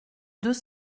deux